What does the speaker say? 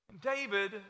David